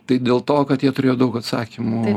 tai dėl to kad jie turėjo daug atsakymų iš